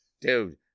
Dude